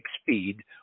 speed